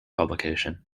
publication